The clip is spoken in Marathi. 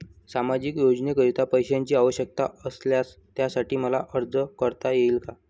सामाजिक योजनेकरीता पैशांची आवश्यकता असल्यास त्यासाठी मला अर्ज करता येईल का?